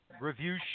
Review